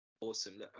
Awesome